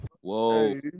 Whoa